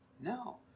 No